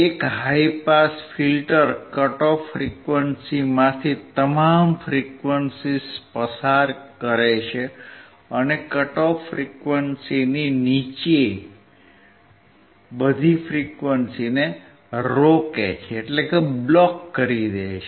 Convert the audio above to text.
એક high pass filter cut off ફ્રીક્વન્સીમાંથી તમામ ફ્રીક્વન્સીઝ પસાર કરે છે અને કટ ઓફ ફ્રીક્વન્સીની નીચેની બધી ફ્રીક્વન્સીઝ રોકે કરે છે